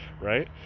right